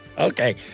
Okay